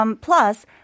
Plus